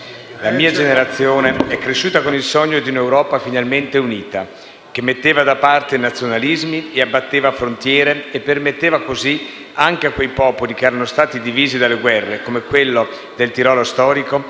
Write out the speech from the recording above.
La mia generazione è cresciuta con il sogno di un'Europa finalmente unita, che metteva da parte i nazionalismi e abbatteva frontiere e permetteva così anche a quei popoli che erano stati divisi dalle guerre, come quello del Tirolo storico,